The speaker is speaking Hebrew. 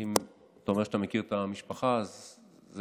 עם